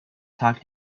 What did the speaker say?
tag